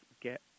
get